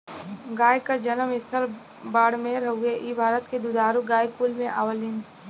गाय क जनम स्थल बाड़मेर हउवे इ भारत के दुधारू गाय कुल में आवलीन